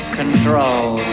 control